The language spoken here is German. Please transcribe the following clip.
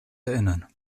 erinnern